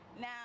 Now